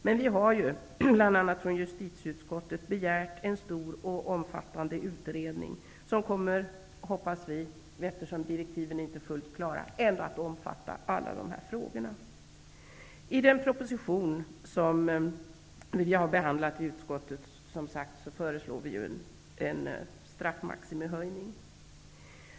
Men justitieutskottet har bl.a. begärt en stor och omfattande utredning, som kommer att beröra alla dessa frågor, och i den proposition som vi har behandlat i utskottet föreslås ju en höjning av straffmaximum.